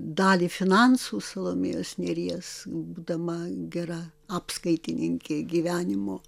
dalį finansų salomėjos nėries būdama gera apskaitininkė gyvenimo